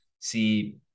see